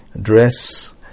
dress